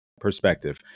perspective